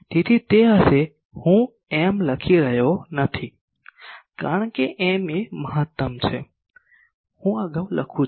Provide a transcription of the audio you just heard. તેથી તે હશે કે હું m લખી રહ્યો નથી કારણ કે m એ મહત્તમ છે હું અગાઉ લખું છું